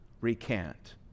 recant